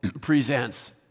presents